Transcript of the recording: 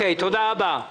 תודה.